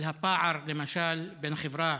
למשל על הפער בין החברה